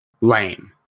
lame